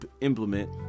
implement